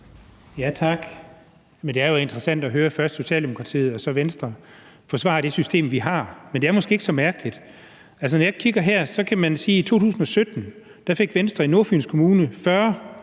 Tak. Det er jo interessant at høre først Socialdemokratiet og så Venstre forsvare det system, vi har, men det er måske ikke så mærkeligt. Altså, når jeg kigger på det, kan jeg se, at i 2017 fik Venstre i Nordfyns Kommune 40,1